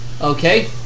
Okay